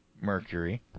Mercury